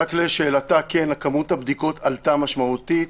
כל פעם שיש לכם מישהו חיובי לקורונה,